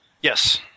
Yes